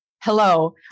Hello